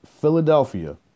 Philadelphia